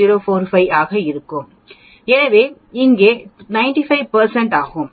045 ஆக இருக்கும் எனவே இங்கே 95 ஆகும்